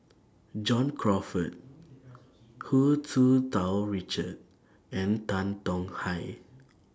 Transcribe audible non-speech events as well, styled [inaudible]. John Crawfurd [noise] Hu Tsu Tau Richard and Tan Tong Hye